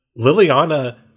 Liliana